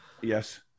yes